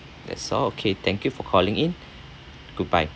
that's all okay thank you for calling in goodbye